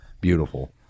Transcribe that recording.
beautiful